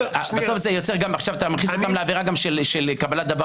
בסוף אתה מכניס אותם גם לעבירה של קבלת דבר